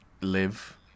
live